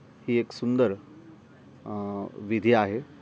हा एक सुंदर विधी आहे